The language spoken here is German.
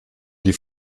die